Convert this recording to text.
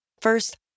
First